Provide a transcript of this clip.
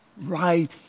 right